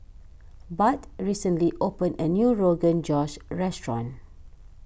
Bud recently opened a new Rogan Josh restaurant